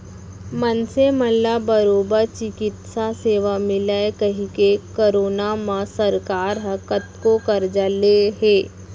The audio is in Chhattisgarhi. मनसे मन ला बरोबर चिकित्सा सेवा मिलय कहिके करोना म सरकार ह कतको करजा ले हे